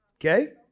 Okay